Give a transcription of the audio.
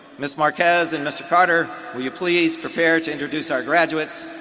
ms. marquez and mr. carter will you please prepare to introduce our graduates.